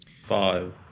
five